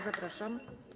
Zapraszam.